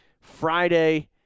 Friday